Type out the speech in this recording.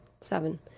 seven